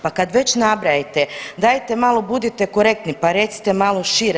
Pa kad već nabrajate dajte malo budite korektni pa recite malo šire.